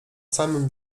samym